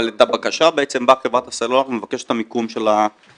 את הבקשה בעצם באה חברת הסלולר ומבקשת את המיקום של האנטנה.